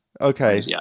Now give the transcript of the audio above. Okay